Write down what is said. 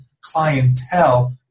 clientele